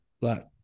black